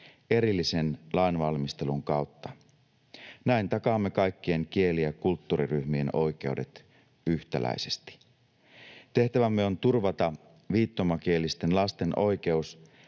erillisen lainvalmistelun kautta. Näin takaamme kaikkien kieli- ja kulttuuriryhmien oikeudet yhtäläisesti. Tehtävämme on turvata viittomakielisten lasten oikeus